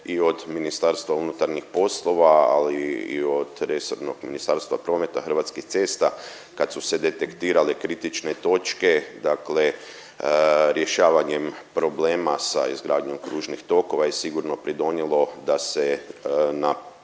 i od Ministarstva unutarnjih poslova, ali i od resornog Ministarstva prometa, Hrvatskih cesta kad su se detektirale kritične točke dakle rješavanjem problema sa izgradnjom kružnih tokova i sigurno pridonijelo da se na takvim